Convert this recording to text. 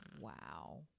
Wow